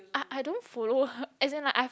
I I don't follow her as in like I've